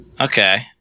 okay